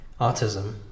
autism